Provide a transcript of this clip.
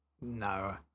No